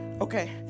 okay